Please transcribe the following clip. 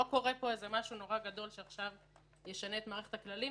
לא קורה פה איזה משהו נורא גדול שעכשיו ישנה את מערכת הכללים,